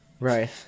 right